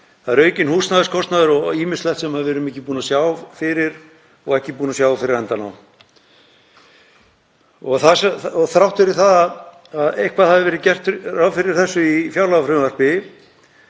Það er aukinn húsnæðiskostnaður og ýmislegt sem við erum ekki búin að sjá fyrir og ekki búin að sjá fyrir endann á. Þrátt fyrir að eitthvað hafi verið gert ráð fyrir þessu í fjárlagafrumvarpi,